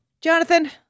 Jonathan